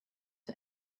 for